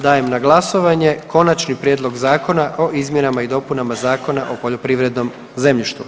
Dajem na glasovanje Konačni prijedlog Zakona o izmjenama i dopunama Zakona o poljoprivrednom zemljištu.